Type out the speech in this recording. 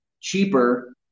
cheaper